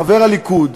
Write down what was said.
חבר הליכוד,